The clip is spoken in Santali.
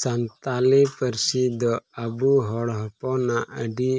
ᱥᱟᱱᱛᱟᱞᱤ ᱯᱟᱹᱨᱥᱤ ᱫᱚ ᱟᱵᱚ ᱦᱚᱲ ᱦᱚᱯᱚᱱᱟᱜ ᱟᱹᱰᱤ